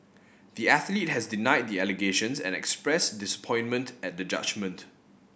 the athlete has denied the allegations and expressed disappointment at the judgment